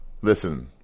Listen